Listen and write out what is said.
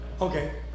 Okay